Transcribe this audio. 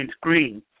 green